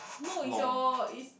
no is your is